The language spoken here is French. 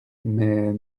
mais